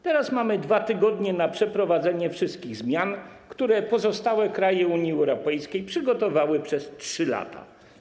Teraz mamy 2 tygodnie na przeprowadzenie wszystkich zmian, które pozostałe kraje Unii Europejskiej przygotowywały przez 3 lata.